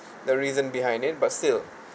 the reason behind it but still